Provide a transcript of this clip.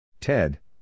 Ted